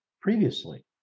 previously